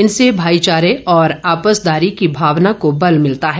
इनसे भाईचारे और आपसदारी की भावना को बल मिलता है